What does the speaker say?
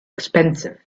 expensive